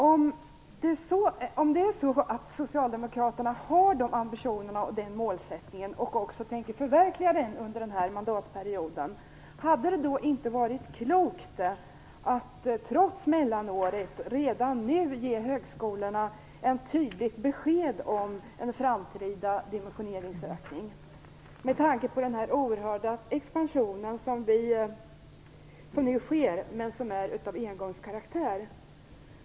Om det är så att Socialdemokraterna har den ambitionen och den målsättningen, och också tänker förverkliga det under den här mandatperioden, hade det då inte varit klokt att trots mellanåret redan nu ge högskolorna ett tydligt besked om en framtida dimensionering? Det vore bra med tanke på den oerhörda expansion som nu sker men som är av engångskaraktär.